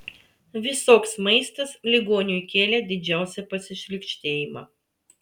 visoks maistas ligoniui kėlė didžiausią pasišlykštėjimą